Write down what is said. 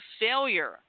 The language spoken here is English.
failure